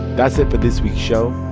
that's it for this week's show.